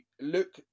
look